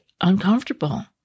uncomfortable